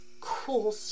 cool